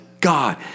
God